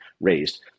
raised